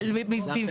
מטרים.